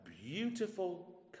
beautiful